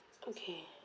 okay